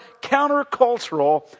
countercultural